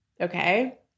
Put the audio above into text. Okay